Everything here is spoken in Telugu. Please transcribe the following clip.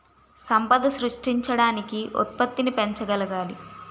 సంపద సృష్టించడానికి ఉత్పత్తిని పెంచగలగాలి